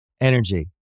energy